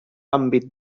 àmbit